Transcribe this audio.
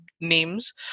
names